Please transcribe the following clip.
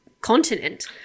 continent